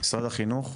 משרד החינוך.